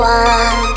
one